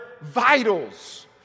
vitals